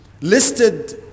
listed